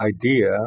idea